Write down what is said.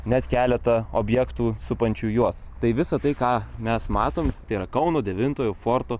net keletą objektų supančių juos tai visa tai ką mes matome tėra kauno devintojo forto